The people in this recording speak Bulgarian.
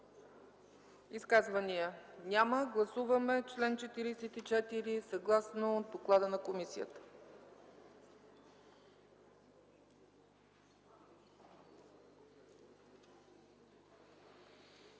Изказвания? Няма. Гласуваме чл. 44 по доклада на комисията.